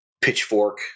Pitchfork